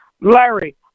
Larry